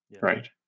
right